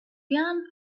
pjan